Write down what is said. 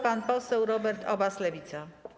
Pan poseł Robert Obaz, Lewica.